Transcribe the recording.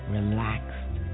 relaxed